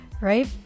right